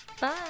Bye